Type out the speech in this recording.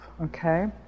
Okay